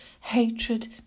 hatred